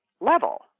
level